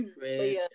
right